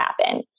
happen